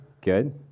good